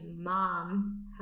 mom